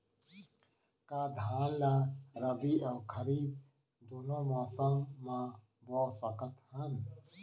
का धान ला रबि अऊ खरीफ दूनो मौसम मा बो सकत हन?